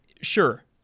Sure